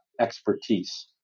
expertise